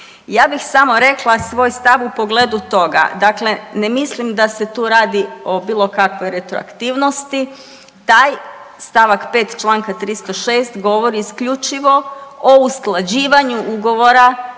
ja bih samo rekla svoj stav u pogledu toga. Dakle, ne mislim da se tu radi o bilo kakvoj retroaktivnosti. Taj stavak 5. Članka 306. govori isključivo o usklađivanju ugovora